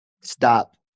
stop